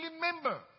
member